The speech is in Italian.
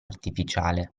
artificiale